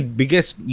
biggest